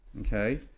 okay